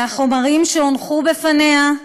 מהחומרים שהונחו בפניה,